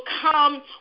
come